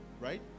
right